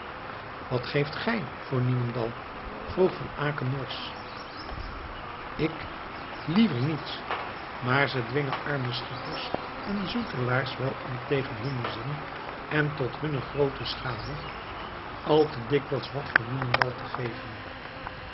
wat geeft gij voor niemendal vroeg van aecken norsch ik liever niets maar ze dwingen arme schippers en zoetelaars wel om tegen hunnen zin en tot hunne groote schade al te dikwijls wat voor niemendal te geven